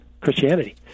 Christianity